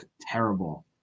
terrible